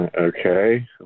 Okay